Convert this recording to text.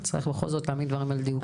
צריך בכל זאת להעמיד דברים על דיוקם.